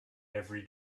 every